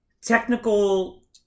technical